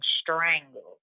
strangled